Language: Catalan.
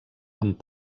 amb